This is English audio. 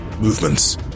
movements